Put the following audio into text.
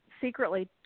secretly